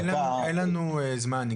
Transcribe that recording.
אין לנו זמן לשמוע את דניאלה.